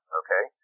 okay